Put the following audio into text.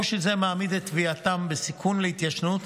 קושי זה מעמיד את תביעתם בסיכון להתיישנות,